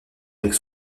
avec